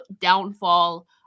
downfall